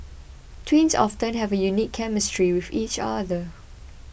twins often have a unique chemistry with each other